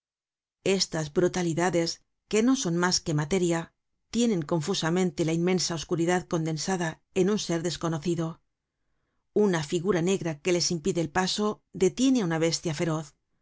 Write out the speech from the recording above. estas brutalidades que no son mas que materia tienen confusa mente la inmensa oscuridad condesada en un ser desconocido una figura negra que les impide el paso detiene á una bestia feroz